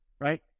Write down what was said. right